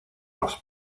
los